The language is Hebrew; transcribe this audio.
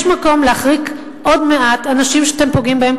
מקום להחריג עוד מעט אנשים שאתם פוגעים בהם,